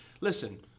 listen